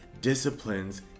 disciplines